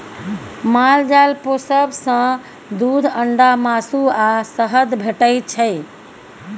माल जाल पोसब सँ दुध, अंडा, मासु आ शहद भेटै छै